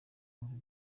wumve